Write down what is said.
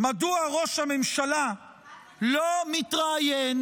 מדוע ראש הממשלה לא מתראיין